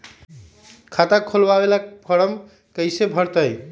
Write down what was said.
खाता खोलबाबे ला फरम कैसे भरतई?